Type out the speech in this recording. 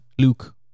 Luke